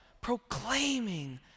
proclaiming